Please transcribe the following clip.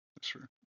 Sure